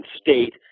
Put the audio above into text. state